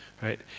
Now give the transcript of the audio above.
right